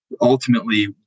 ultimately